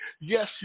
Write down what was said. Yes